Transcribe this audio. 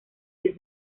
del